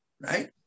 right